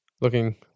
looking